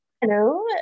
Hello